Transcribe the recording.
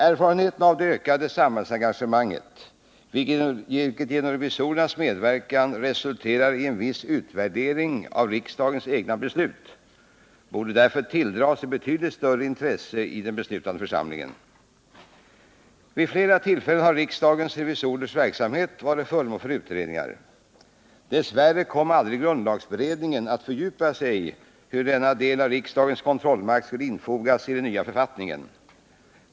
Erfarenheterna av det ökade samhällsengagemanget, vilket genom revisorernas medverkan resulterat i en viss utvärdering av riksdagens egna beslut, borde tilldra sig betydligt större intresse i den beslutande församlingen. Vid flera tillfällen har riksdagens revisorers verksamhet varit föremål för utredningar. Dess värre kom aldrig grundlagberedningen att fördjupa sig i hur denna del av riksdagens kontrollmakt skulle infogas i den nya författningen.